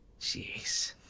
Jeez